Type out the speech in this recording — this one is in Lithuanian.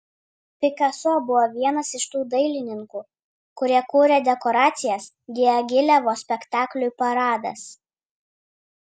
pikaso buvo vienas iš tų dailininkų kurie kūrė dekoracijas diagilevo spektakliui paradas